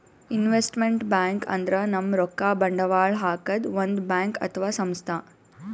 investment bank ಅಂದ್ರ ನಮ್ ರೊಕ್ಕಾ ಬಂಡವಾಳ್ ಹಾಕದ್ ಒಂದ್ ಬ್ಯಾಂಕ್ ಅಥವಾ ಸಂಸ್ಥಾ